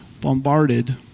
bombarded